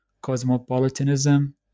Cosmopolitanism